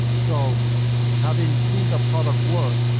so having seen the product work,